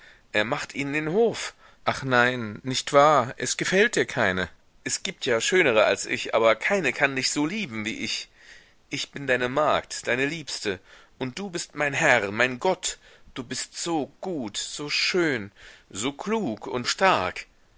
er macht ihnen den hof ach nein nicht wahr es gefällt dir keine es gibt ja schönere als ich aber keine kann dich so lieben wie ich ich bin deine magd deine liebste und du bist mein herr mein gott du bist so gut so schön so klug und stark